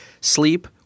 sleep